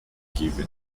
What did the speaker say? given